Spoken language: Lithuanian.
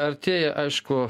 artėja aišku